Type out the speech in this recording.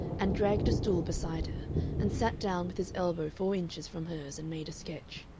and dragged a stool beside her and sat down with his elbow four inches from hers and made a sketch.